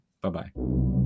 Bye-bye